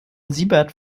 siebert